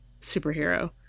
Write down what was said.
superhero